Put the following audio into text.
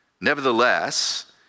Nevertheless